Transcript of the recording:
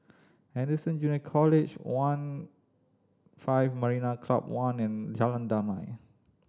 Anderson Junior College One five Marina Club One and Jalan Damai